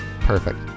perfect